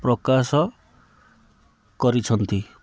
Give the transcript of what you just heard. ପ୍ରକାଶ କରିଛନ୍ତି